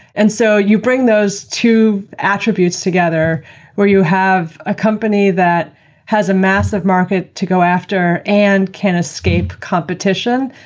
and so you bring those two attributes together where you have a company that has a massive market to go after and can escape competition.